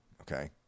okay